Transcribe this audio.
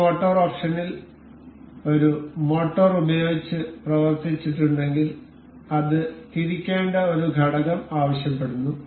ഈ മോട്ടോർ ഓപ്ഷനിൽ ഇത് ഒരു മോട്ടോർ ഉപയോഗിച്ച് പ്രവർത്തിച്ചിട്ടുണ്ടെങ്കിൽ അത് തിരിക്കേണ്ട ഒരു ഘടകം ആവശ്യപ്പെടുന്നു